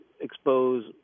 expose